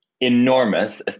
enormous